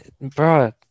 bro